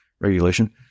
regulation